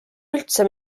üldse